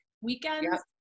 Weekends